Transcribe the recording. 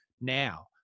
now